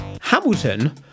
Hamilton